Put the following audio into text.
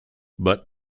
but